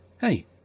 Hey